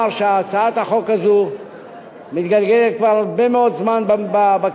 הצעת החוק הזאת מתגלגלת כבר הרבה מאוד זמן בכנסת.